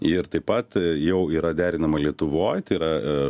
ir taip pat jau yra derinama lietuvoj tai yra